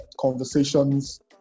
conversations